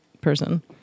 person